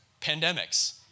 pandemics